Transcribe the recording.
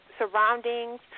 surroundings